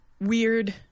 weird